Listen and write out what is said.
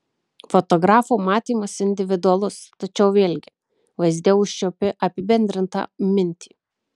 fotografo matymas individualus tačiau vėlgi vaizde užčiuopi apibendrintą mintį